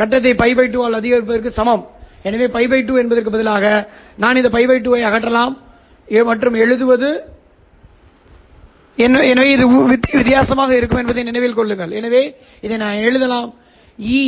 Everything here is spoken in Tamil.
கட்டத்தை π 2 ஆல் அதிகரிப்பதற்கு சமம் எனவே π 2 க்கு பதிலாக நான் இந்த π 2 ஐ அகற்றலாம் மற்றும் எழுதுவது has எனவே இது உண்மையில் வித்தியாசமாக இருக்கும் என்பதை நினைவில் கொள்க எனவே இதை நான் எழுதலாம் e